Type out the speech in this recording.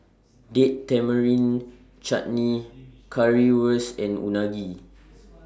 Date Tamarind Chutney Currywurst and Unagi